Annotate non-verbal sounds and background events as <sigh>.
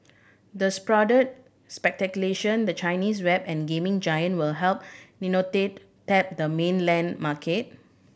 the <unintelligible> the Chinese web and gaming giant will help <unintelligible> tap the mainland market